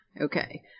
Okay